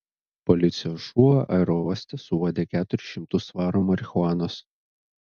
policijos šuo aerouoste suuodė keturis šimtus svarų marihuanos